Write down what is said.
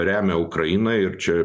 remia ukrainą ir čia